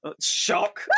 shock